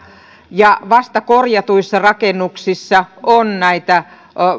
ja vasta korjatuissa rakennuksissa on näitä